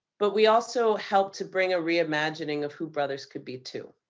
but we also helped to bring a reimagining of who brothers could be too.